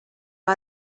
seu